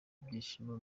ibyishimo